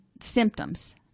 symptoms